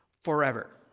forever